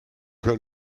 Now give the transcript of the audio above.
que